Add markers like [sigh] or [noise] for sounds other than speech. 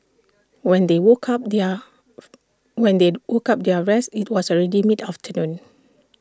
when they woke up their [noise] when they woke up their their rest IT was already mid afternoon